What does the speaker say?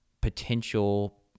potential